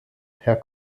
herr